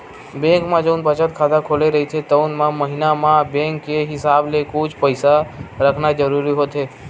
bank म जउन बचत खाता खुले रहिथे तउन म महिना म बेंक के हिसाब ले कुछ पइसा रखना जरूरी होथे